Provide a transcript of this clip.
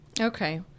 Okay